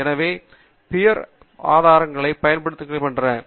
எனவே இவை பியர் பகிர்வு ஆதாரங்களாக அழைக்கப்படுகின்றன